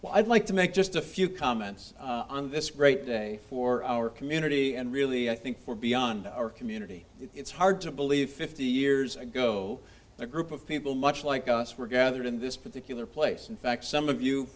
well i'd like to make just a few comments on this great day for our community and really i think we're beyond our community it's hard to believe fifty years ago a group of people much like us were gathered in this particular place in fact some of you